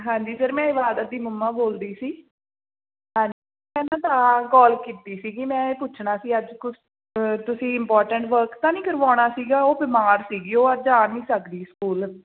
ਹਾਂਜੀ ਸਰ ਮੈਂ ਇਬਾਦਤ ਦੀ ਮੰਮਾ ਬੋਲਦੀ ਸੀ ਹਾਂਜੀ ਸਰ ਮੈਂ ਤਾਂ ਕੋਲ ਕੀਤੀ ਸੀਗੀ ਮੈਂ ਇਹ ਪੁੱਛਣਾ ਸੀ ਅੱਜ ਕੁਛ ਤੁਸੀਂ ਇਮਪੋਰਟੈਂਟ ਵਰਕ ਤਾਂ ਨਹੀਂ ਕਰਵਾਉਣਾ ਸੀਗਾ ਉਹ ਬਿਮਾਰ ਸੀਗੀ ਉਹ ਅੱਜ ਆ ਨਹੀਂ ਸਕਦੀ ਸਕੂਲ